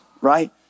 right